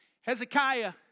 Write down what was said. Hezekiah